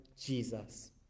Jesus